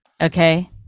Okay